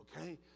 Okay